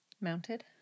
Mounted